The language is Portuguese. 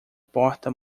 porta